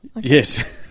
Yes